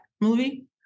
movie